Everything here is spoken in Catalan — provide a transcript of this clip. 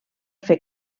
fer